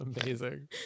amazing